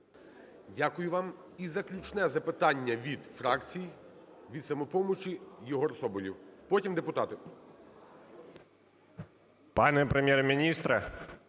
Дякую вам. І заключне запитання від фракцій. Від "Самопомочі" Єгор Соболєв. Потім депутати.